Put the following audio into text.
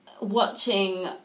watching